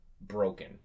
broken